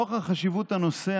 נוכח חשיבות הנושא,